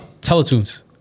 Teletoons